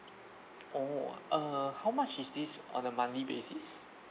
oh uh how much is this on a monthly basis